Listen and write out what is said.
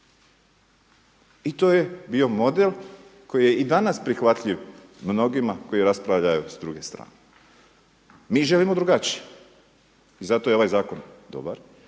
I to je bio model koji je i danas prihvatljiv mnogima koji raspravljaju s druge strane. Mi želimo drugačije i zato je ovaj zakon dobar